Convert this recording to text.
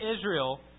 Israel